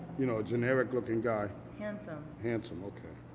you know, generic looking guy. handsome. handsome, okay.